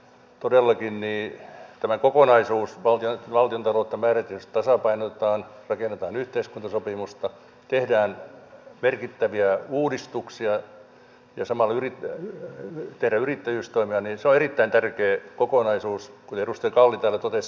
todellakin tämä kokonaisuus valtiontaloutta määrätietoisesti tasapainotetaan rakennetaan yhteiskuntasopimusta tehdään merkittäviä uudistuksia ja samalla tehdään yrittäjyystoimia on erittäin tärkeä kokonaisuus kuten edustaja kalli täällä totesi